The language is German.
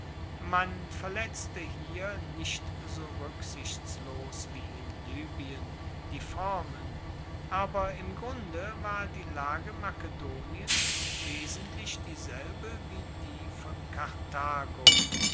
man verletzte hier nicht so ruecksichtslos wie in libyen die formen aber im grunde war die lage makedoniens wesentlich dieselbe wie die von karthago